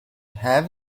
have